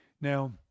Now